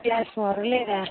पिआज सँड़ले रहए